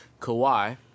Kawhi